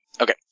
Okay